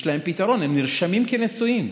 יש להם פתרון, הם נרשמים כנשואים.